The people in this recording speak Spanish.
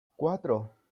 cuatro